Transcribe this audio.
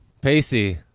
Pacey